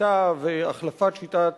שיטה והחלפת שיטת